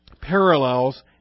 parallels